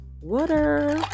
water